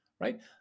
right